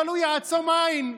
אבל הוא יעצום עין,